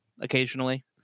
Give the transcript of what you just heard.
occasionally